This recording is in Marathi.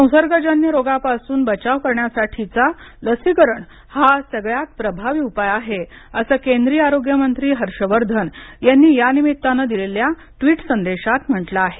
संसर्गजन्य रोगापासून बचाव करण्यासाठीचा लसीकरण हा सगळ्यात प्रभावी उपाय आहे असं केंद्रीय आरोग्य मंत्री हर्षवर्धन यांनी या निमित्तानं दिलेल्या ट्वीट संदेशात म्हटल आहे